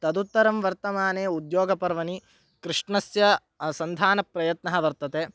तदुत्तरं वर्तमाने उद्योगपर्वणि कृष्णस्य संधानप्रयत्नः वर्तते